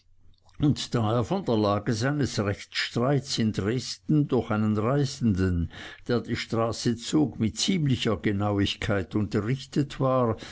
und da er von der lage seines rechtsstreits in dresden durch einen reisenden der die straße zog mit ziemlicher genauigkeit unterrichtet war